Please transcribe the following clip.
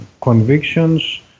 convictions